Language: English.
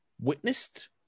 witnessed